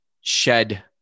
shed